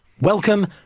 Welcome